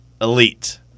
Elite